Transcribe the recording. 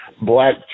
Black